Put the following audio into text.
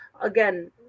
again